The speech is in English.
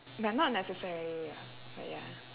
but not necessarily ya but ya